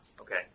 Okay